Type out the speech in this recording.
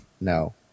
no